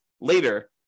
later